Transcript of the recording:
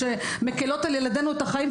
שמקלות על ילדינו את החיים,